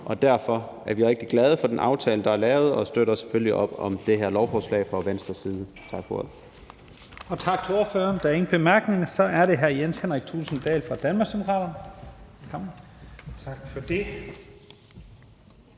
fra Venstres side rigtig glade for den aftale, der er lavet, og støtter selvfølgelig op om det her lovforslag. Tak for ordet.